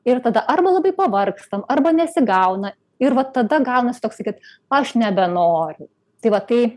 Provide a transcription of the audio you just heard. ir tada arba labai pavargstam arba nesigauna ir va tada gaunas toksai kad aš nebenoriu tai va tai